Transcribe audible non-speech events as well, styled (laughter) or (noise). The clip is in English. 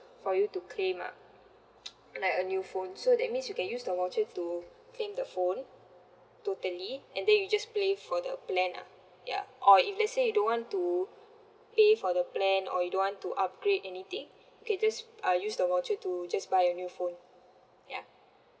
for you to claim lah (noise) like a new phone so that means you can use the voucher to claim the phone totally and then you just pay for the plan lah ya or if let's say you don't want to pay for the plan or you don't want to upgrade anything you can just uh use the voucher to just buy a new phone ya